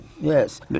Yes